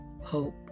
hope